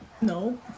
no